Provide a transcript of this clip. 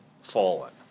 fallen